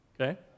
Okay